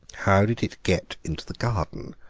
how did it get into the garden?